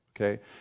Okay